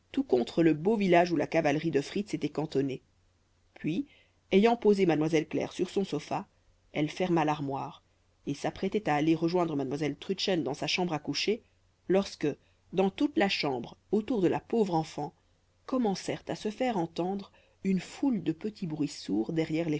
contre le beau village où la cavalerie de fritz était cantonnée puis ayant posé mademoiselle claire sur son sofa elle ferma l'armoire et s'apprêtait à aller rejoindre mademoiselle trudchen dans sa chambre à coucher lorsque dans toute la chambre autour de la pauvre enfant commencèrent à se faire entendre une foule de petits bruits sourds derrière